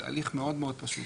זה הליך מאוד מאוד פשוט.